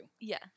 Yes